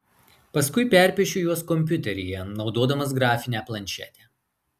paskui perpiešiu juos kompiuteryje naudodamas grafinę planšetę